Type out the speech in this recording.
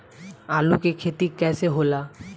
आलू के खेती कैसे होला?